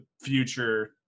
future